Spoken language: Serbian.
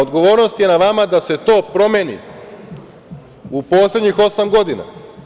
Odgovornost je na vama da se to promeni, u poslednjih osam godina.